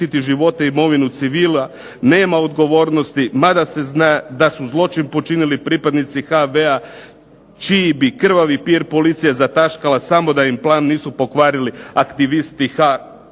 HV-a čiji bi krvavi pir policija zataškala samo da im plan nisu pokvarili aktivisti